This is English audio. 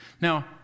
Now